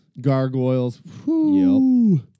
Gargoyles